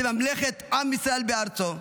כממלכת עם ישראל בארצו,